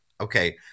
okay